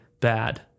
bad